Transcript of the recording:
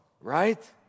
right